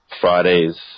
Fridays